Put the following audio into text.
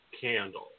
Candle